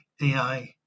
ai